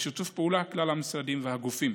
בשיתוף פעולה של כלל המשרדים והגופים.